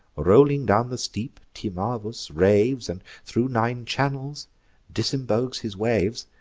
rolling down the steep, timavus raves and thro' nine channels disembogues his waves.